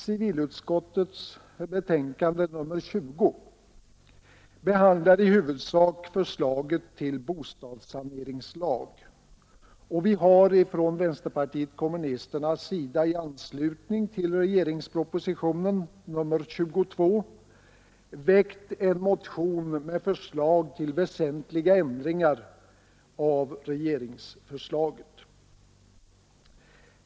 Civilutskottets betänkande nr 20 behandlar i huvudsak förslaget till bostadssaneringslag, och vi har från vänsterpartiet kommunisternas sida i anslutning till regeringspropositionen nr 22 väckt en motion med förslag till väsentliga ändringar av regeringsförslaget.